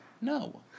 No